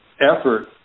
effort